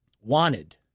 wanted